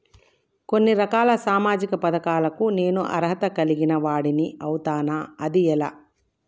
కొన్ని రకాల సామాజిక పథకాలకు నేను అర్హత కలిగిన వాడిని అవుతానా? అది ఎలా?